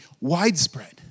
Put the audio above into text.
widespread